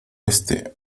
este